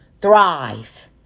thrive